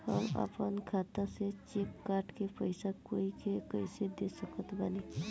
हम अपना खाता से चेक काट के पैसा कोई के कैसे दे सकत बानी?